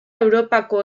europako